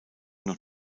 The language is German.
noch